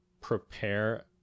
prepare